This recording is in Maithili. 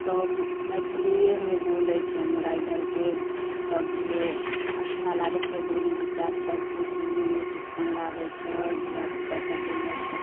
सभ मैथिलिएमे बोलै छै हमरा इधरके सभे अच्छा लागै छै बोली विचार सबके सुनैमे चिक्कन लागै छै धिआपुता सभ बोललक तऽ